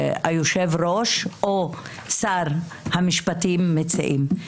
שהיושב-ראש או שר המשפטים מציעים,